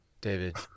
David